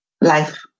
life